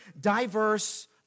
diverse